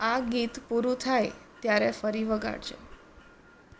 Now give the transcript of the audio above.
આ ગીત પૂરું થાય ત્યારે ફરી વગાડજો